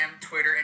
twitter